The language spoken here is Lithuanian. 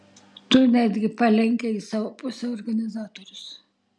tu netgi palenkei į savo pusę organizatorius